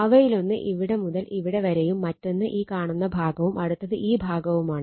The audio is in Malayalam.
അവയിലൊന്ന് ഇവിടെ മുതൽ ഇവിടെ വരെയും മറ്റൊന്ന് ഈ കാണുന്ന ഭാഗവും അടുത്തത് ഈ ഭാഗവുമാണ്